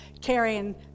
carrying